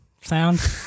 sound